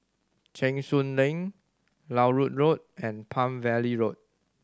Cheng Soon Lane Larut Road and Palm Valley Road